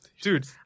Dude